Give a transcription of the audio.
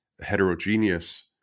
heterogeneous